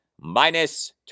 minus